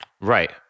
right